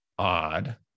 odd